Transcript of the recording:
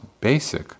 basic